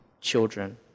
children